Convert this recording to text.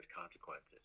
consequences